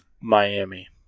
Miami